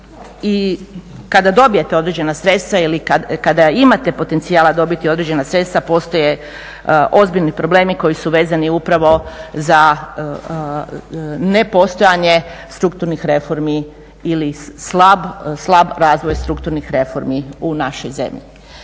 i kada dobijete određena sredstva ili kada imate potencijala dobiti određena sredstva postoje ozbiljni problemi koji su vezani upravo za nepostojanje strukturnih reformi ili slab razvoj strukturnih reformi u našoj zemlji.